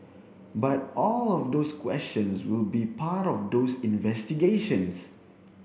but all of those questions will be part of those investigations